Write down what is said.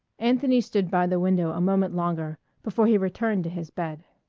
anthony stood by the window a moment longer before he returned to his bed.